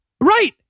Right